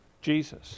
Jesus